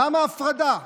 למה ההפרדה?